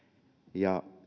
ja